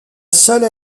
seule